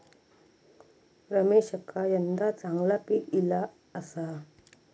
रमेशका यंदा चांगला पीक ईला आसा